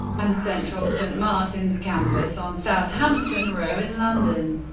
and central saint martins campus on southampton row in london.